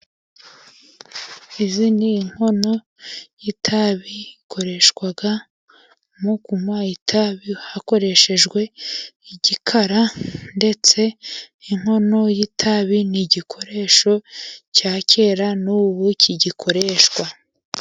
Izi ni inkono y'itabi ikoreshwa mu kunywa itabi, hakoreshejwe igikara ndetse inkono y'itabi ni igikoresho cya kera nubu kigikoreshwa.